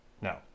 no